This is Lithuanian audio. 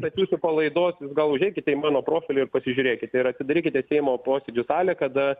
bet jūsų po laidos jūs gal užeikite į mano profilį ir pasižiūrėkite ir atsidarykite seimo posėdžių salę kada